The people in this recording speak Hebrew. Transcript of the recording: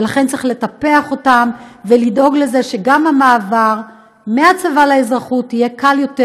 ולכן צריך לטפח אותם ולדאוג לזה שגם המעבר מהצבא לאזרחות יהיה קל יותר,